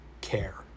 care